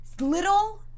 Little